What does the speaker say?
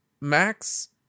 Max